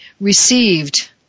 received